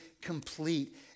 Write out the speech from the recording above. complete